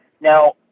Now